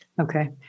Okay